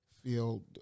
field